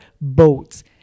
boats